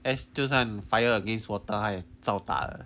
就算 fire against water 我照打的